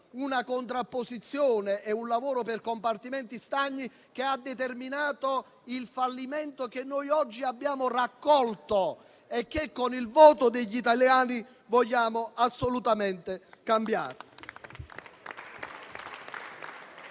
una contrapposizione e un lavoro per compartimenti stagni che ha determinato il fallimento che noi oggi abbiamo raccolto e che, con il voto degli italiani, vogliamo assolutamente cambiare.